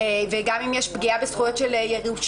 וגם אם יש פגיעה בזכויות של ירושה,